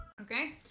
Okay